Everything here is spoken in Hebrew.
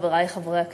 חברי חברי הכנסת,